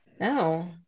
No